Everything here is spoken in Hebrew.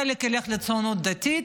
חלק ילך לציונות הדתית,